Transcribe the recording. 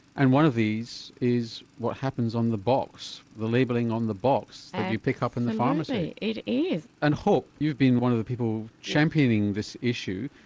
and one of these is what happens on the box, the labelling on the box that you pick up in the pharmacy. it is. and hope, you've been one of the people championing this issue,